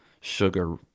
sugar